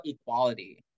equality